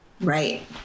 Right